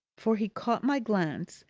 for he caught my glance,